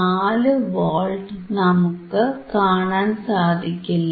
4 volts നമുക്ക് കാണാൻ സാധിക്കില്ല